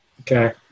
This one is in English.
Okay